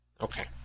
okay